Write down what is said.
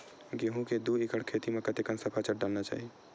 गेहूं के दू एकड़ खेती म कतेकन सफाचट डालना चाहि?